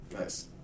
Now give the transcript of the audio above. Nice